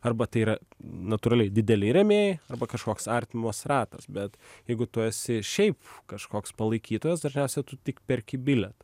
arba tai yra natūraliai dideli rėmėjai arba kažkoks artimas ratas bet jeigu tu esi šiaip kažkoks palaikytojas dažniausia tu tik perki bilietą